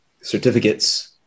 certificates